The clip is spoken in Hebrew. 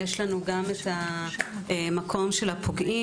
יש לנו גם המקום של הפוגעים.